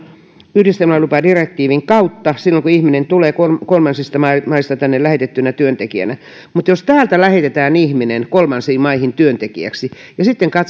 yhdistelmälupadirektiivin kautta silloin kun ihminen tulee kolmansista maista tänne lähetettynä työntekijänä mutta jos täältä lähetetään ihminen kolmansiin maihin työntekijäksi ja sitten